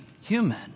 human